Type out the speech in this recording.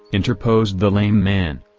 interposed the lame man.